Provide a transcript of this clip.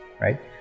right